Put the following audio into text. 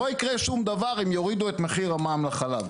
לא יקרה שום דבר אם יורידו את מחיר המע"מ לחלב.